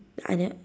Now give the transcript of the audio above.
I ne~